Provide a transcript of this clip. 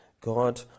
God